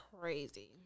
crazy